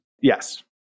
Yes